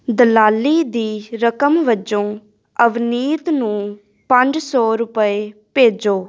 ਦਲਾਲੀ ਦੀ ਰਕਮ ਵਜੋਂ ਅਵਨੀਤ ਨੂੰ ਪੰਜ ਸੌ ਰੁਪਏ ਭੇਜੋ